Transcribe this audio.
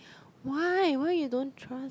why why you don't trust